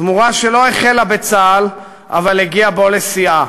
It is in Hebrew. תמורה שלא החלה בצה"ל, אבל הגיעה בו לשיאה: